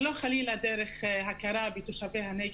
ולא חלילה דרך הכרה בתושבי הנגב,